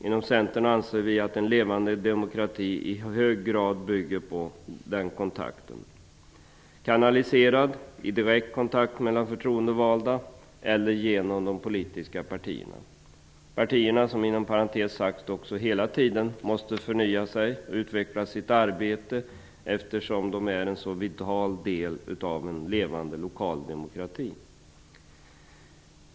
Inom Centern anser vi att en levande demokrati i hög grad bygger på denna kontakt, kanaliserad i direkt kontakt med förtroendevalda eller genom de politiska partierna. Partierna måste, inom parentes sagt, dessutom hela tiden förnya och utveckla sitt arbete, eftersom de är en så vital del av en levande lokal demokrati.